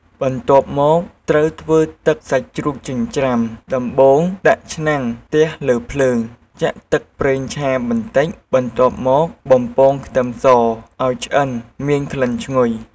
បន្ទាប់មក ត្រូវធ្វើទឹកសាច់ជ្រូកចិញ្ច្រាំ ដំបូងដាក់ឆ្នាំងខ្ទះលើភ្លើង ចាក់ទឹកប្រេងឆាបន្តិច បន្ទាប់មកបំពងខ្ទឹមសឲ្យឆ្អិនមានក្លិនឈ្ងុយ។